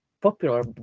popular